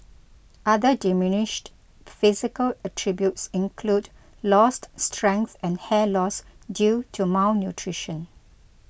other diminished physical attributes include lost strength and hair loss due to malnutrition